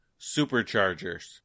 Superchargers